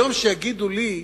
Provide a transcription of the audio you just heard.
ביום שיגידו לי,